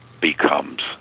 becomes